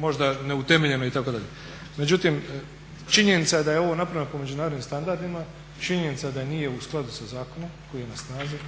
možda neutemeljeno itd. Međutim, činjenica je da je ovo napravljeno po međunarodnim standardima činjenica da nije u skladu sa zakonom koji je na snazi,